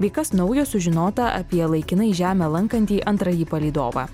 bei kas naujo sužinota apie laikinai žemę lankantį antrąjį palydovą